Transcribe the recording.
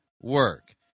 work